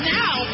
now